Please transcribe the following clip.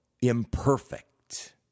imperfect